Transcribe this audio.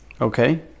Okay